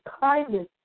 kindness